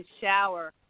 shower